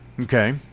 okay